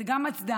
זה גם הצדעה,